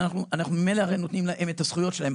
הרי ממילא אנחנו נותנים להם את הזכויות שלהם,